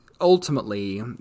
ultimately